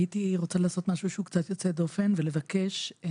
הייתי רוצה לעשות משהו קצת יותר דופן ולבקש משהו.